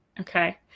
Okay